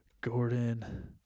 Gordon